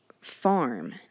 farm